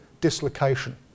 dislocation